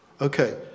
Okay